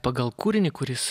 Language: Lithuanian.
pagal kūrinį kuris